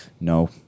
no